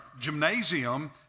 gymnasium